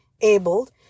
abled